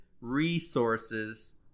resources